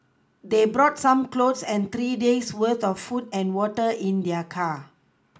they brought some clothes and three days' worth of food and water in their car